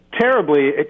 terribly